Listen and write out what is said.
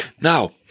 Now